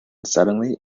suddenly